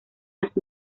las